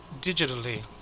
digitally